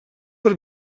per